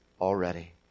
already